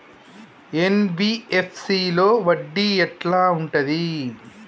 NBFC లో వడ్డీ ఎట్లా ఉంటది?